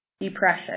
Depression